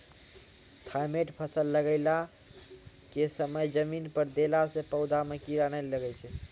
Thimet फ़सल लगाबै के समय जमीन मे देला से पौधा मे कीड़ा नैय लागै छै?